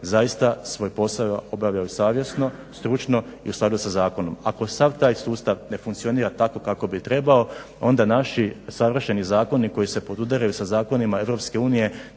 zaista svoj posao obavljaju savjesno, stručno i u skladu sa zakonom. Ako sav taj sustav ne funkcionira tako kako bi trebao onda naši savršeni zakoni koji se podudaraju sa zakonima EU